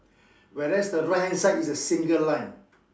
whereas the right hand side is a single line